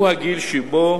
הוא הגיל שבו